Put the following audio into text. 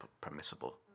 permissible